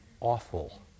awful